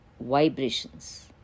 Vibrations